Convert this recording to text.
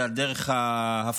זה על דרך ההפחתה,